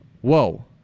Whoa